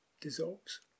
dissolves